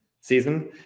season